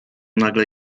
nagle